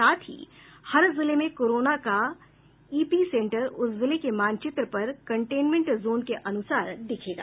साथ ही हर जिले में कोरोना का ईपीसेंटर उस जिले के मानचित्र पर कन्टेनमेंट जोन के अनुसार दिखेगा